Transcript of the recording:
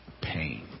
pain